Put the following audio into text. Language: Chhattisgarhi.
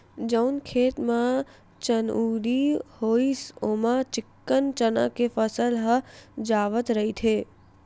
जउन खेत म चनउरी होइस ओमा चिक्कन चना के फसल ह जावत रहिथे